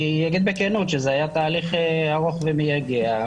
אני אגיד בכנות שזה היה תהליך ארוך ומייגע,